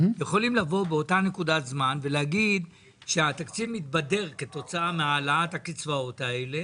באותה נקודת זמן ולהגיד שהתקציב מתבדר כתוצאה מהעלאת הקצבאות האלה